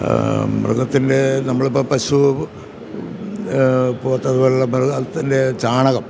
മൃഗത്തിൻ്റെ നമ്മളിപ്പം പശു പോത്ത് അതുപോലുള്ള മൃഗത്തിൻ്റെ ചാണകം